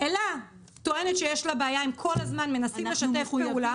אלה טוענת שיש לה בעיה הם כל הזמן מנסים לשתף פעולה